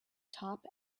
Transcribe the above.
top